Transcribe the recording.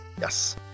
Yes